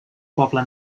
poble